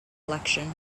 collection